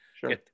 Sure